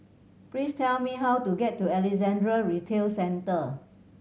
please tell me how to get to Alexandra Retail Centre